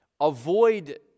avoid